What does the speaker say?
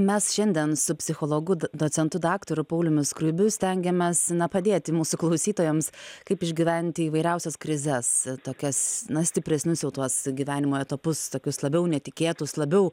mes šiandien su psichologu d docentu daktaru pauliumi skruibiu stengiamės padėti mūsų klausytojams kaip išgyventi įvairiausias krizes tokias na stipresnius jau tuos gyvenimo etapus tokius labiau netikėtus labiau